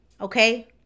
Okay